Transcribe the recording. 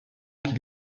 qu’il